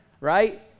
Right